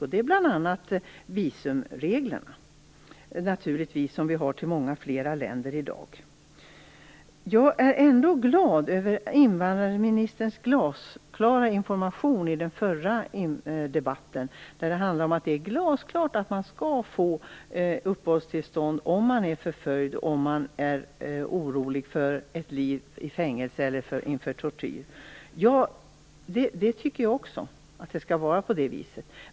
Det gäller bl.a. visumreglerna. Vi har visum till många fler länder i dag. Jag är ändå glad över invandrarministerns glasklara information i den tidigare debatten om att man skall få uppehållstillstånd om man är förföljd och orolig för ett liv i fängelse eller för tortyr. Jag tycker också att det skall vara på det viset.